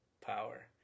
power